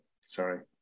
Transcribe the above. Sorry